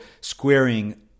squaring